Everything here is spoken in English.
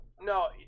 no